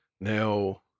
Now